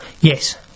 Yes